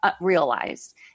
realized